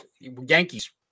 Yankees